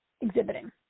exhibiting